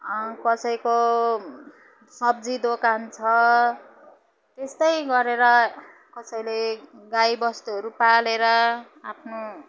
कसैको सब्जी दोकान छ त्यस्तै गरेर कसैले गाईबस्तुहरू पालेर आफ्नो